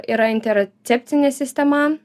yra intercepcinė sistema